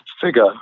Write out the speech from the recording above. figure